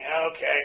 Okay